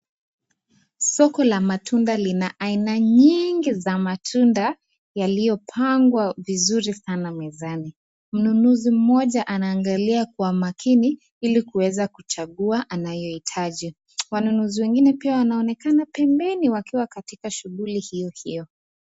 Soko la matunda lina aina nyingi za matunda yaliyopangwa vizuri sana mezani . Mnunuzi mmoja anaangalia kwa makini ili kuweza kuchagua anayohitaji . Wanunuzi wengine pia wanaonekana pembeni wakiwa katika shughuli hiyo hiyo .